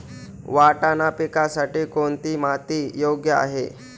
वाटाणा पिकासाठी कोणती माती योग्य आहे?